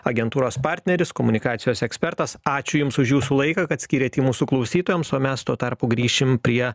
agentūros partneris komunikacijos ekspertas ačiū jums už jūsų laiką kad skyrėt jį mūsų klausytojams o mes tuo tarpu grįšim prie